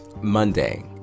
Monday